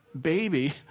baby